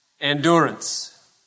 endurance